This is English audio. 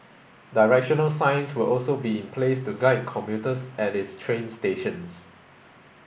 directional signs will also be in place to guide commuters at its train stations